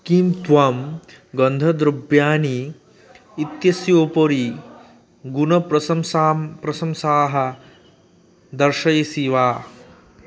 किं त्वं गन्धद्रव्याणि इत्यस्योपरि गुणप्रशंसाः प्रशंसाः दर्शयसि वा